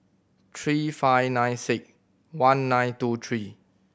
three five nine six one nine two three